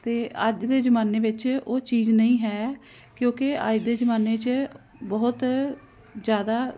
ਅਤੇ ਅੱਜ ਦੇ ਜ਼ਮਾਨੇ ਵਿੱਚ ਉਹ ਚੀਜ਼ ਨਹੀਂ ਹੈ ਕਿਉਂਕਿ ਅੱਜ ਦੇ ਜ਼ਮਾਨੇ 'ਚ ਬਹੁਤ ਜ਼ਿਆਦਾ